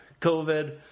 COVID